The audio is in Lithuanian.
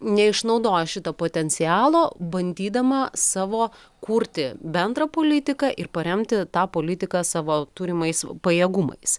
neišnaudoja šito potencialo bandydama savo kurti bendrą politiką ir paremti tą politiką savo turimais pajėgumais